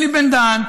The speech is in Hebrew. אלי בן-דהן,